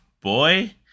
boy